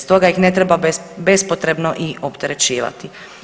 Stoga ih ne treba bespotrebno i opterećivati.